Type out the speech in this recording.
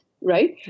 Right